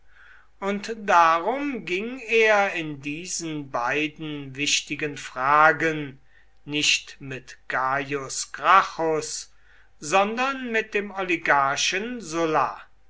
und darum ging er in diesen beiden wichtigen fragen nicht mit gaius gracchus sondern mit dem oligarchen sulla